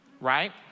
Right